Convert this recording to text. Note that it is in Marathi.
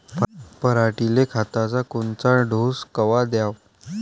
पऱ्हाटीले खताचा कोनचा डोस कवा द्याव?